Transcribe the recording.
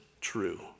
true